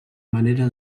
manera